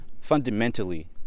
fundamentally